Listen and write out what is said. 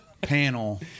panel